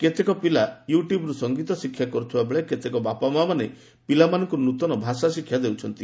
କେତେକ ପିଲା ୟୁ ଟ୍ୟୁବ୍ରୁ ସଙ୍ଗୀତ ଶିକ୍ଷା କର୍ଥିବାବେଳେ କେତେକ ବାପାମାମାନେ ପିଲାମାନଙ୍କୁ ନ୍ନତନ ଭାଷା ଶିକ୍ଷା ଦେଉଛନ୍ତି